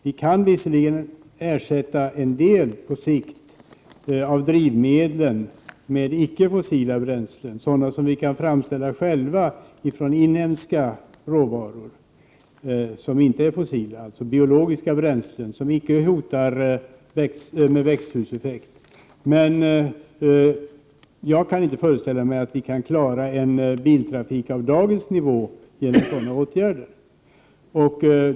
Vi kan visserligen på sikt ersätta en del av drivmedlen med ickefossila bränslen, som vi kan framställa själva av inhemska råvaror. Det är fråga om biologiska bränslen som icke hotar med växthuseffekt. Jag kan emellertid inte föreställa mig att vi skulle kunna klara en biltrafik av dagens nivå genom sådana åtgärder.